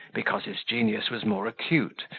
because his genius was more acute,